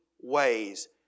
ways